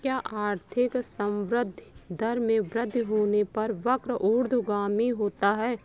क्या आर्थिक संवृद्धि दर में वृद्धि होने पर वक्र ऊर्ध्वगामी होता है?